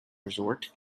resort